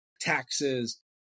taxes